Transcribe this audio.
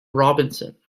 robinson